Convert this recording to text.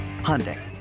Hyundai